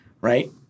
right